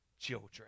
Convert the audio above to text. children